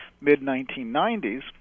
mid-1990s